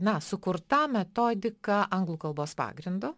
na sukurta metodika anglų kalbos pagrindu